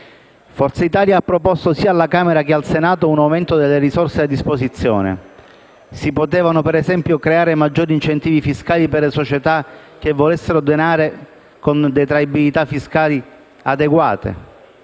Forza Italia ha proposto, sia alla Camera che al Senato, un aumento delle risorse a disposizione. Si potevano, per esempio, creare maggiori incentivi fiscali per le società che volessero donare, con detraibilità fiscali adeguate.